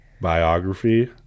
biography